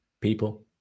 people